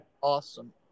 Awesome